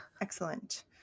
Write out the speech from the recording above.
Excellent